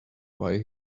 why